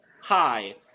Hi